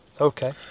Okay